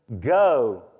go